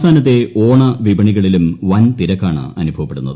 സംസ്ഥാനത്തെ ഓണവിപണികളിലും വൻതിരക്കാണ് അനുഭവപ്പെടുന്നത്